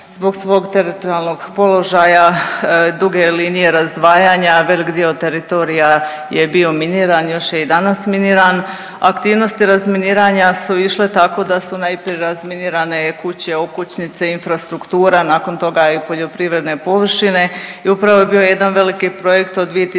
zbog svog teritorijalnog položaja, duge linije razdvajanja, velik dio teritorija je bio miniran, još je i danas miniran, aktivnosti razminiranja su išle tako da su najprije razminirane kuće, okućnice, infrastruktura, nakon toga i poljoprivredne površine i upravo je bio jedan veliki projekt od 2015.